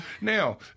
Now